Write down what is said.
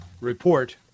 report